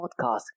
Podcast